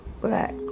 black